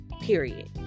Period